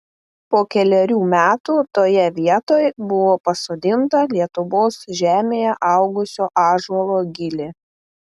po kelerių metų toje vietoj buvo pasodinta lietuvos žemėje augusio ąžuolo gilė